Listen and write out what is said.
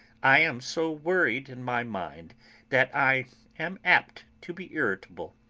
i am so worried in my mind that i am apt to be irritable.